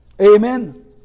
Amen